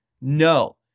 No